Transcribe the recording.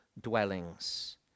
dwellings